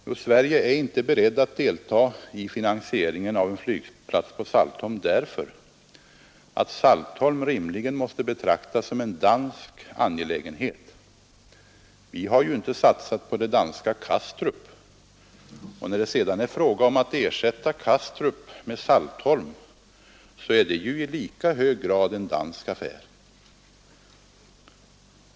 Jo, Sverige är inte berett att delta i finansieringen av en flygplats på Saltholm därför att Saltholm rimligen måste betraktas som en dansk angelägenhet. Vi har ju inte satsat på det danska Kastrup, och när det sedan är fråga om att ersätta Kastrup med Saltholm, så är det ju i lika hög grad en dansk affär.